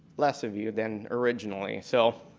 less of you than originally. so